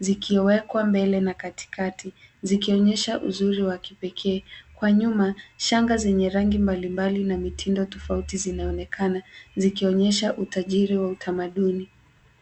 zikiwekwa mbele na katikati, zikionyesha uzuri wa kipekee. Kwa nyuma, shanga zenye rangi mbalimbali na mitindo tofauti zinaonekana, zikionyesha utajiri wa utamaduni.